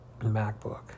MacBook